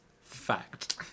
Fact